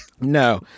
No